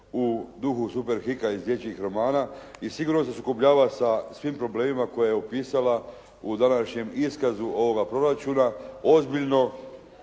u duhu superhika iz dječjih romana i sigurno se sukobljava sa svim problemima koje je opisala u današnjem iskazu ovoga proračuna ozbiljno,